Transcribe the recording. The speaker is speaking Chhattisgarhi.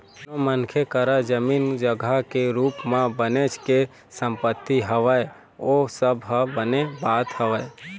कोनो मनखे करा जमीन जघा के रुप म बनेच के संपत्ति हवय ओ सब ह बने बात हवय